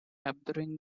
observing